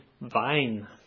vine